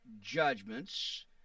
judgments